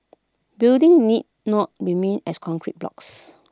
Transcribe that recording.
building need not remain as concrete blocks